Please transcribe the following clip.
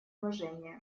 уважения